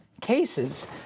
cases